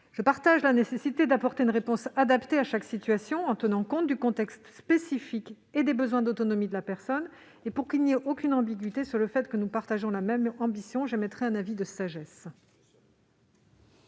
Je partage la nécessité d'apporter une réponse adaptée à chaque situation en tenant compte du contexte spécifique et des besoins d'autonomie de la personne. Pour qu'il n'y ait aucune ambiguïté sur le fait que nous partageons la même ambition, j'émets un avis de sagesse.